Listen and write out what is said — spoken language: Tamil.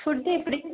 ஃபுட்டு எப்படி